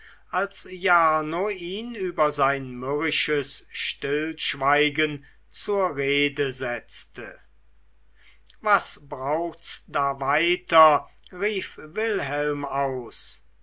als jarno ihn über sein mürrisches stillschweigen zur rede setzte was braucht's da weiter rief wilhelm aus